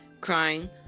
Crying